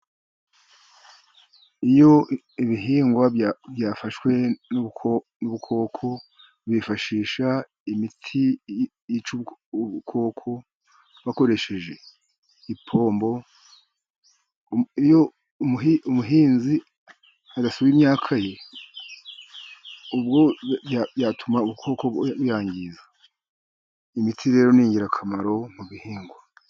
Iyo ibihingwa byafashwe n' ubukoko, bifashisha imiti yica ubukoko bakoresheje ipombo. Iyo umuhinzi adasura imyaka ye, ubwo byatuma ubukoko buyangiza. Imiti rero ni ingirakamaro mu bihingwa.